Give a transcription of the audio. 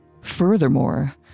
Furthermore